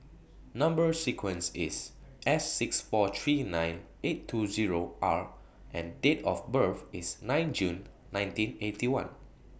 Number sequence IS S six four three nine eight two Zero R and Date of birth IS nine June nineteen Eighty One